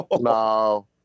No